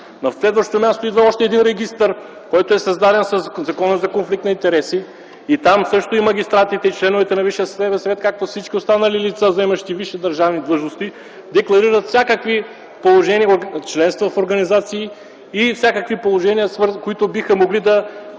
На следващо място идва още един регистър, който е създаден по Закона за конфликт на интереси. Там също магистратите и членовете на Висшия съдебен съвет, както всички останали лица, заемащи висши държавни длъжности, декларират членство в организации и всякакви положения, които биха могли да